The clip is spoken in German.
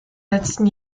letzten